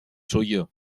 suyo